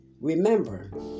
Remember